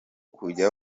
kujya